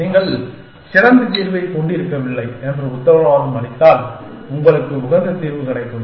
நீங்கள் சிறந்த தீர்வைக் கொண்டிருக்கவில்லை என்று உத்தரவாதம் அளித்தால் உங்களுக்கு உகந்த தீர்வு கிடைக்கும்